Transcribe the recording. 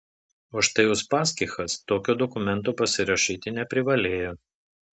o štai uspaskichas tokio dokumento pasirašyti neprivalėjo